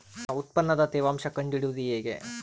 ನನ್ನ ಉತ್ಪನ್ನದ ತೇವಾಂಶ ಕಂಡು ಹಿಡಿಯುವುದು ಹೇಗೆ?